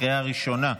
לקריאה הראשונה.